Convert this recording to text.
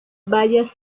bayas